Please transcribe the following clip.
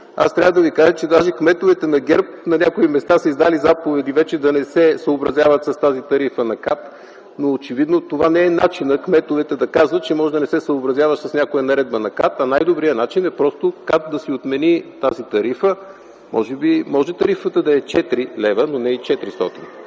Аз трябва да Ви кажа, че даже кметовете на ГЕРБ на някои места са издали заповеди вече да не се съобразяват с тази тарифа на КАТ, но очевидно това не е начинът кметовете да казват, че може да не се съобразяваш с някоя наредба на КАТ, а най-добрият начин е КАТ да си отмени тази тарифа. Може тарифата да е 4 лв., но не и 400 лв.